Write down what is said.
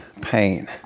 pain